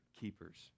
keepers